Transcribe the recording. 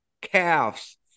calves